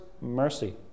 mercy